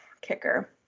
kicker